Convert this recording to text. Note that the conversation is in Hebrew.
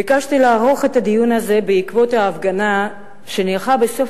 ביקשתי לערוך את הדיון הזה בעקבות הפגנה שנערכה בסוף